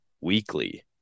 weekly